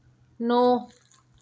नौ